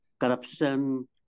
corruption